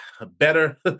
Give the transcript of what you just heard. better